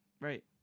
Right